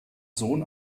sohn